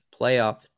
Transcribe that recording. playoff